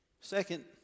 Second